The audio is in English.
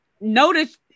notice